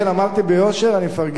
אמרתי ביושר: אני מפרגן לו.